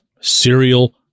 serial